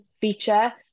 feature